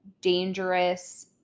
dangerous